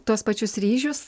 tuos pačius ryžius